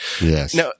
Yes